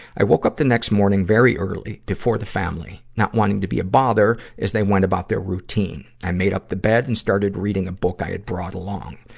i woke up the next morning very early, before the family, not wanting to be a bother, as they went about their routine. i made up the bed and started reading a book i had brought along.